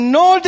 no